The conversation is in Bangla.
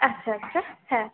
আচ্ছা আচ্ছা হ্যাঁ